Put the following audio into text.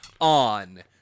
on